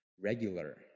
Regular